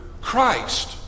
Christ